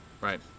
Right